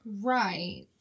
Right